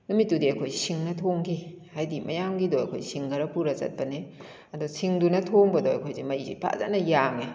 ꯅꯨꯃꯤꯠꯇꯨꯗꯤ ꯑꯩꯍꯣꯏ ꯁꯤꯡꯅ ꯊꯣꯡꯈꯤ ꯍꯥꯏꯗꯤ ꯃꯌꯥꯝꯒꯤꯗꯣ ꯑꯩꯈꯣꯏ ꯁꯤꯡ ꯈꯔ ꯄꯨꯔ ꯆꯠꯄꯅꯤ ꯑꯗꯣ ꯁꯤꯡꯗꯨꯅ ꯊꯣꯡꯕꯗꯣ ꯑꯩꯈꯣꯏꯁꯤ ꯃꯩꯁꯤ ꯐꯖꯅ ꯌꯥꯡꯉꯦ